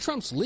TRUMP'S